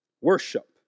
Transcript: Worship